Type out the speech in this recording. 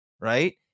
right